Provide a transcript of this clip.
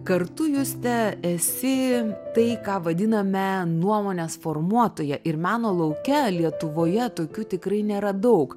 kartu juste esi tai ką vadiname nuomonės formuotoja ir meno lauke lietuvoje tokių tikrai nėra daug